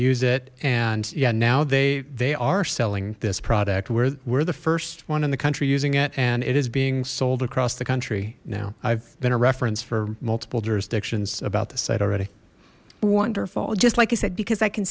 use it and yeah now they they are selling this product we're we're the first one in the country using it and it is being sold across the country now i've been a reference for multiple jurisdictions about this site already wonderful just like i said because i can